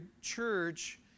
church